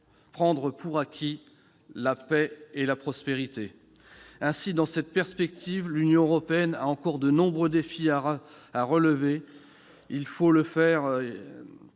prendre pour acquis la paix et la prospérité ». Aussi, dans cette perspective, l'Union européenne a encore de nombreux défis à relever. Il faut le faire